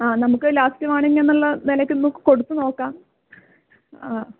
ആ നമുക്ക് ലാസ്റ്റ് വാണിങ്ങെന്നുള്ള നിലയ്ക്ക് നമുക്ക് കൊടുത്ത് നോക്കാം ആ